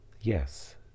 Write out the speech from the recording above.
Yes